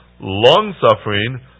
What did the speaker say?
long-suffering